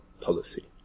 policy